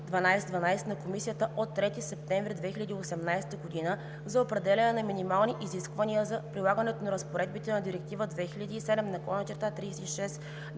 на Комисията от 3 септември 2018 г. за определяне на минимални изисквания за прилагането на разпоредбите на Директива 2007/36/ЕО на